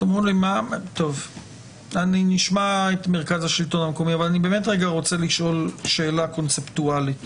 נשמע את מרכז השלטון המקומי, אבל שאלה קונספטואלית